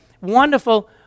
Wonderful